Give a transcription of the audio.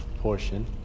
portion